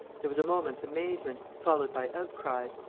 there was a moment's amazement, followed by outcries.